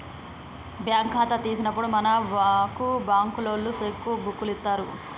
bank ఖాతా తీసినప్పుడే మనకు బంకులోల్లు సెక్కు బుక్కులిత్తరు